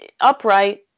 upright